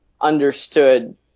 understood